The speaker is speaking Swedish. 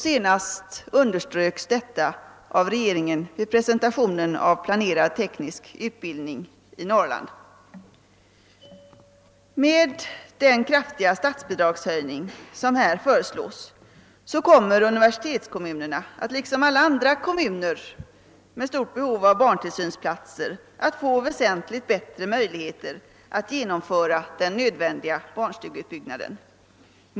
Senast underströks detta av regeringen vid presentationen av planerad teknisk utbildning i Norrland. Med den kraftiga höjning av statsbidraget som nu föreslås kommer universitetskommunerna och alla andra kommuner med stort behov av barntillsynsplatser att få väsentligt bättre möjligheter att genomföra den nödvändiga barnstugeutbyggnaden.